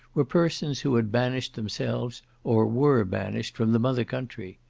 were persons who had banished themselves, or were banished from the mother country.